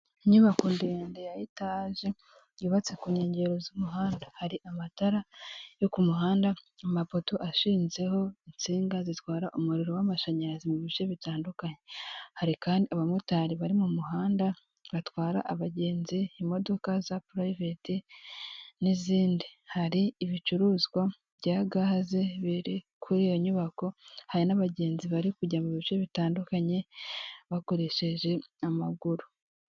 Inyubako ndende ya etaje yubatse ku nkengero z'umuhanda hari amatara yo ku muhanda, amapoto ashinzeho insinga zitwara umuriro w'amashanyarazi mu bice bitandukanye, hari kandi abamotari bari mu muhanda batwara abagenzi, imodoka za purayiveti n'izindi, hari ibicuruzwa bya gaze biri kuri iyo nyubako, hari n'abagenzi bari kujya mu bice bitandukanye bakoresheje amaguru.